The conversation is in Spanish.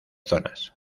zonas